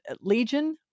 Legion